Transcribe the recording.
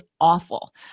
awful